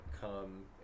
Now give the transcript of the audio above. come